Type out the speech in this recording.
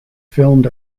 filmed